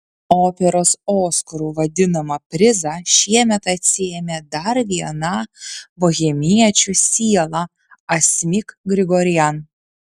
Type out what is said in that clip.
operos oskaru vadinamą prizą šiemet atsiėmė dar viena bohemiečių siela asmik grigorian